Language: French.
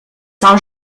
saint